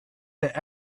that